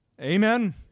Amen